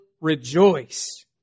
rejoice